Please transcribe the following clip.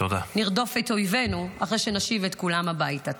נרדוף את אויבנו אחרי שנשיב את כולם הביתה.